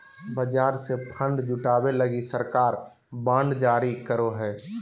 बाजार से फण्ड जुटावे लगी सरकार बांड जारी करो हय